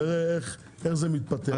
נראה איך זה מתפתח.